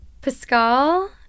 Pascal